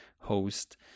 host